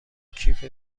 کیف